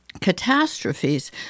catastrophes